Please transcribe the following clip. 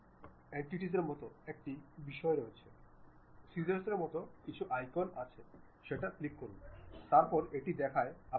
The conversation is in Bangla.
সুতরাং এখানে বিভিন্ন প্লেন রয়েছে আমি সেই বিভাগটি রাখতে চাই তবুও আপনি দেখুন পিছনের দিকটি সরানো হয়নি